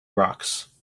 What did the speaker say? rocks